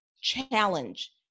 challenge